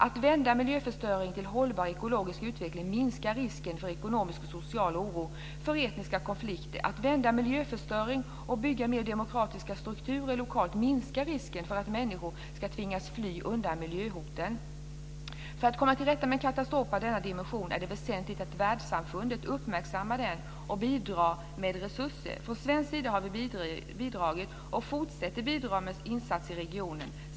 Att vända miljöförstöring till hållbar ekologisk utveckling minskar risken för ekonomisk och social oro, för etniska konflikter. Att vända miljöförstöringen och bygga mer demokratiska strukturer lokalt minskar risken för att människor ska tvingas att fly undan miljöhoten. För att komma till rätta med en katastrof av den här dimensionen är det väsentligt att världssamfundet uppmärksammar den och bidrar med resurser. Från svensk sida har vi bidragit och fortsätter att bidra med insatser i regionen.